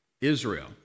Israel